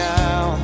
now